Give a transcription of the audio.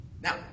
Now